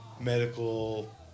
medical